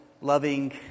loving